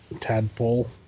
tadpole